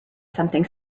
something